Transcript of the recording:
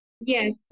Yes